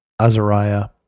Azariah